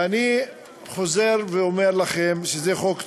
ואני חוזר ואומר לכם שזה חוק צודק,